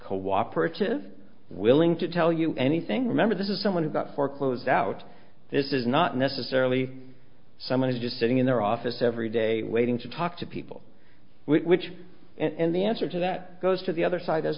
co operative willing to tell you anything remember this is someone who got foreclosed out this is not necessarily someone who's just sitting in their office every day waiting to talk to people which and the answer to that goes to the other side as